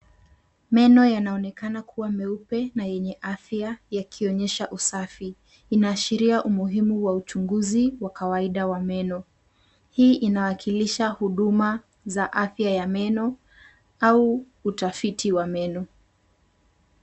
Meno yanaonekana kuwa meupe na yenye afya yakionyesha usafi. Inaashiria umuhimu wa uchunguzi wa kawaida wa meno. Hii inawakilisha huduma za afya ya meno au utafiti wa meno.